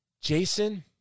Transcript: Jason